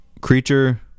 creature